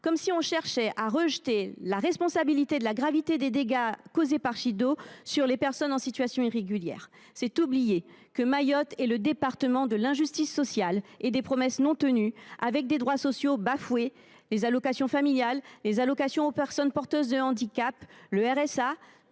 comme si l’on cherchait à rejeter la responsabilité de la gravité des dégâts causés par Chido sur les personnes en situation irrégulière. C’est oublier que Mayotte est le département de l’injustice sociale et des promesses non tenues, avec des droits sociaux bafoués, que ce soit pour les allocations familiales, pour les personnes porteuses de handicap ou le RSA,